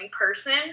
person